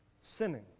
sinning